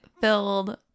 filled